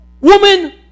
Woman